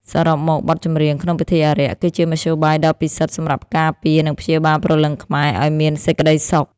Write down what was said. សរុបមក បទចម្រៀងក្នុងពិធីអារក្ស គឺជាមធ្យោបាយដ៏ពិសិដ្ឋសម្រាប់ការពារ និងព្យាបាលព្រលឹងខ្មែរឱ្យមានសេចក្ដីសុខ។